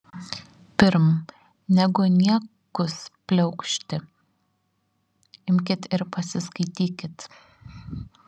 pirm negu niekus pliaukšti imkit ir pasiskaitykit